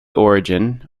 origin